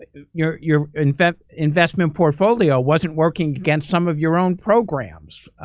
ah your your investment investment portfolio wasn't working against some of your own programs.